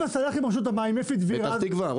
שאלה ליועץ המשפטי, בבקשה.